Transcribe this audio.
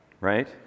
right